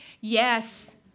yes